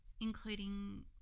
including